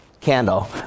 candle